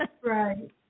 right